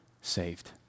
saved